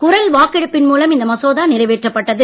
குரல் வாக்கெடுப்பின் மூலம் இந்த மசோதா நிறைவேற்றப் பட்டது